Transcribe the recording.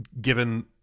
given